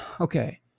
okay